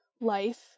life